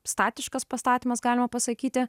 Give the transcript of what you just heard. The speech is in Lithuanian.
statiškas pastatymas galima pasakyti